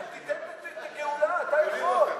אז תיתן את הגאולה, אתה יכול.